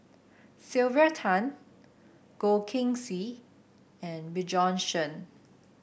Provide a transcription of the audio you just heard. Sylvia Tan Goh Keng Swee and Bjorn Shen